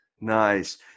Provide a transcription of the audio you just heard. Nice